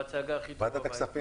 בוועדת הכספים.